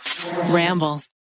Ramble